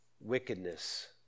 wickedness